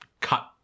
cut